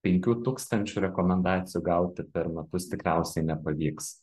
penkių tūkstančių rekomendacijų gauti per metus tikriausiai nepavyks